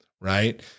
right